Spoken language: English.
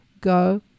go